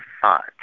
thought